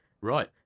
Right